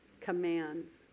commands